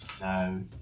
No